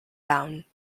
bound